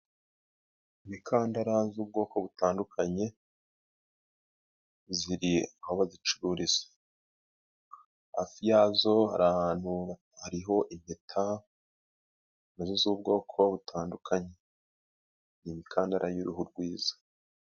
Imikandara z' ubwoko butandukanye ziri aho bazicururiza hafi yazo hari ahantu hariho impeta nazo z'ubwoko butandukanye imikandara y'uruhu rwiza.